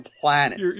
planet